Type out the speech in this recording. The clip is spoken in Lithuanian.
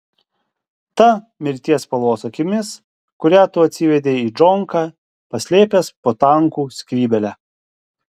ta mirties spalvos akimis kurią tu atsivedei į džonką paslėpęs po tankų skrybėle